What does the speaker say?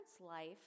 life